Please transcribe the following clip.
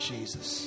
Jesus